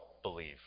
believe